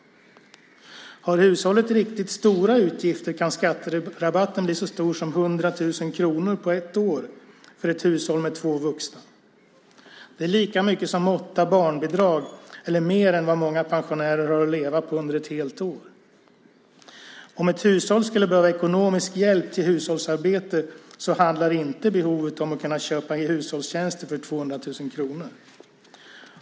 Har hushållet riktigt stora utgifter kan skatterabatten bli så stor som 100 000 kronor på ett år för ett hushåll med två vuxna. Det är lika mycket som åtta barnbidrag eller mer än vad många pensionärer har att leva på under ett helt år. Om ett hushåll skulle behöva ekonomisk hjälp till hushållsarbete handlar inte behovet om att kunna köpa in hushållstjänster för 200 000 kronor.